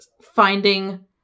finding